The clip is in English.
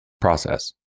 process